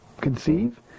conceive